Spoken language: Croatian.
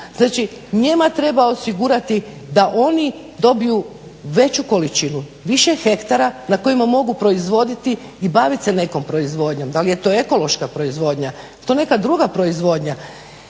Znači, njima treba osigurati da oni dobiju veću količinu, više hektara na kojima mogu proizvoditi i bavit se nekom proizvodnjom. Da li je to ekološka proizvodnja, to neka druga proizvodnja